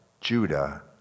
Judah